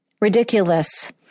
ridiculous